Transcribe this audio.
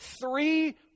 three